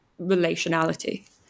relationality